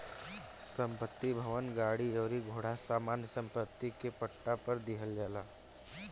संपत्ति, भवन, गाड़ी अउरी घोड़ा सामान्य सम्पत्ति के पट्टा पर दीहल जाला